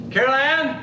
Carolyn